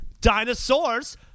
dinosaurs